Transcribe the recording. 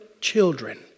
children